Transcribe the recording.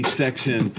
section